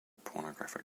pornographic